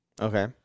Okay